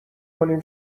کنیم